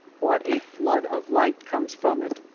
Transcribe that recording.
what a flood of light comes from it!